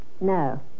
No